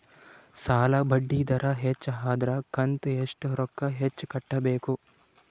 ಸಾಲಾ ಬಡ್ಡಿ ದರ ಹೆಚ್ಚ ಆದ್ರ ಕಂತ ಎಷ್ಟ ರೊಕ್ಕ ಹೆಚ್ಚ ಕಟ್ಟಬೇಕು?